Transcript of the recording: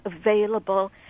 available